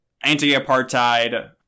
anti-apartheid